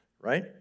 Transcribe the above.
right